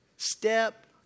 Step